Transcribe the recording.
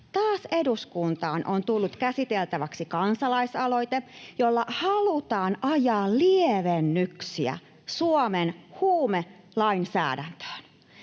Taas eduskuntaan on tullut käsiteltäväksi kansalais-aloite, jolla halutaan ajaa lievennyksiä Suomen huumelainsäädäntöön.